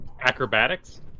Acrobatics